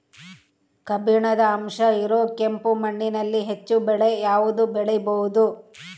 ಕಬ್ಬಿಣದ ಅಂಶ ಇರೋ ಕೆಂಪು ಮಣ್ಣಿನಲ್ಲಿ ಹೆಚ್ಚು ಬೆಳೆ ಯಾವುದು ಬೆಳಿಬೋದು?